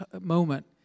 moment